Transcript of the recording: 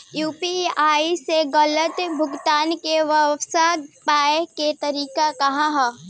UPI से गलत भुगतान के वापस पाये के तरीका का ह?